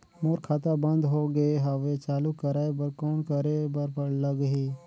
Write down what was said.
मोर खाता बंद हो गे हवय चालू कराय बर कौन करे बर लगही?